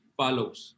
follows